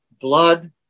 blood